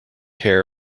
hair